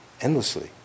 endlessly